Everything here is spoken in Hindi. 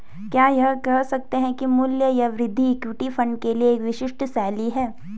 क्या यह कह सकते हैं कि मूल्य या वृद्धि इक्विटी फंड के लिए एक विशिष्ट शैली है?